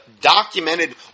documented